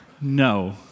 No